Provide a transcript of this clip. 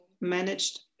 managed